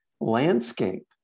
landscape